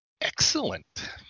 Excellent